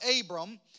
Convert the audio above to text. Abram